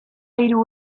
hiru